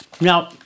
Now